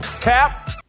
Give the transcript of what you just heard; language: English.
Cap